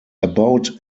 about